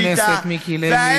חבר הכנסת מיקי לוי, תודה רבה.